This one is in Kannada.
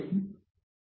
ನೀವು ಬಿಟ್ಟಿರಿ